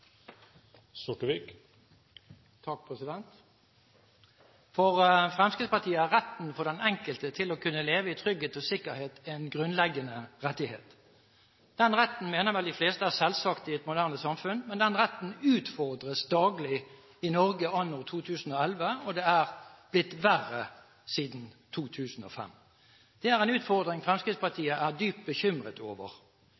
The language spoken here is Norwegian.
retten for den enkelte til å kunne leve i trygghet og sikkerhet en grunnleggende rettighet. Den retten mener vel de fleste er selvsagt i et moderne samfunn, men den retten utfordres daglig i Norge anno 2011, og det er blitt verre siden 2005. Det er en utfordring